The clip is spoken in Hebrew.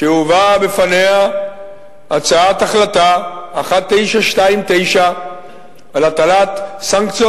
כאשר הובאה בפניה הצעת החלטה 1929 על הטלת סנקציות